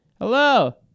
hello